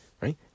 Right